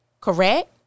Correct